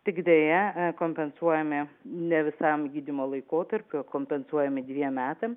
tik deja kompensuojami ne visam gydymo laikotarpiu o kompensuojami dviem metam